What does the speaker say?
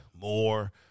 more